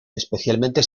especialmente